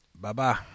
Bye-bye